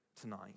tonight